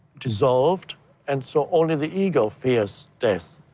dissolved and so, only the ego fears death.